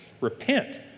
Repent